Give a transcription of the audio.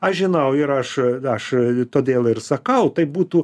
aš žinau ir aš aš todėl ir sakau tai būtų